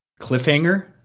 cliffhanger